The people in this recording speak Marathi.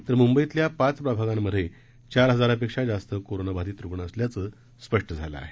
तर मंबईतल्या पाच प्रभागांमधे चार हजारांहन जास्त कोरोनाबाधित रुग्ण असल्याचं स्पष्ट झालं आहे